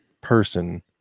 person